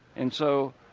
and so,